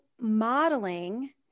modeling